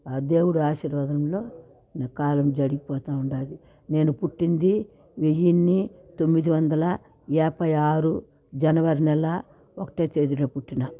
ఆ దేవుడు ఆశీర్వాదంలో నా కాలం జరిగిపోతూ ఉన్నది నేను పుట్టింది వెయ్యిన్ని తొమ్మిది వందల యాపై ఆరు జనవరి నెల ఒకటవ తేదీన పుట్టిన